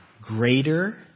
greater